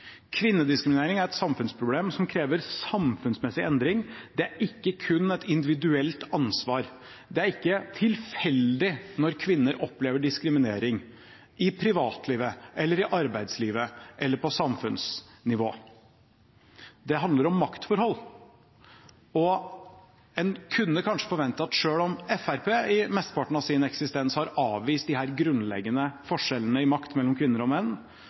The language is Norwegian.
Kvinnediskriminering er et samfunnsproblem som krever samfunnsmessig endring. Det er ikke kun et individuelt ansvar. Det er ikke tilfeldig når kvinner opplever diskriminering i privatlivet, i arbeidslivet eller på samfunnsnivå. Det handler om maktforhold. En kunne kanskje forvente at selv om Fremskrittspartiet i mesteparten av sin eksistens har avvist disse grunnleggende forskjellene i makt mellom kvinner og menn,